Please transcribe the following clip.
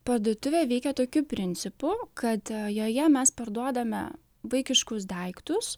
parduotuvė veikia tokiu principu kad joje mes parduodame vaikiškus daiktus